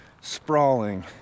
sprawling